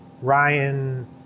Ryan